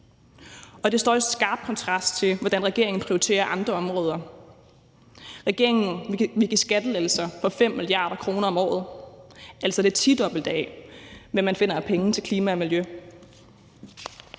og det står i skarp kontrast til, hvordan regeringen prioriterer andre områder. Regeringen giver skattelettelser for 5 mia. kr. om året, altså det tidobbelte af, hvad man finder af penge til klima og miljø,